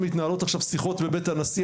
מתנהלות עכשיו שיחות בבית הנשיא,